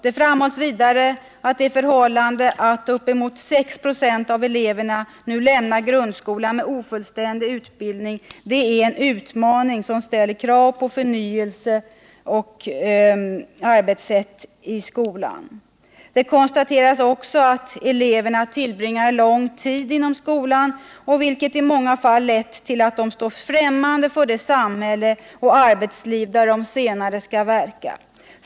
Det framhålls vidare att det förhållandet att ”uppemot 6 96 av eleverna nu lämnar grundskolan med ofullständig utbildning är en utmaning som ställer krav på förnyelse av innehåll och arbetssätt i skolan”. Det konstateras också att ”eleverna tillbringar lång tid inom skolan”, vilket ”i många fall lett till att de står främmande för det samhälle och arbetsliv där de senare skall verka.